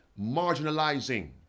marginalizing